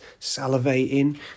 salivating